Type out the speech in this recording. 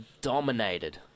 dominated